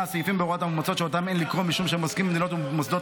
הסעיפים בהוראות המאומצות שאותם אין לקרוא משום שהם עוסקים במדינות ובמוסדות